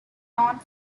not